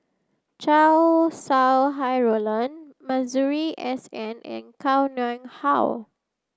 Chow Sau Hai Roland Masuri S N and Koh Nguang How